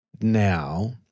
now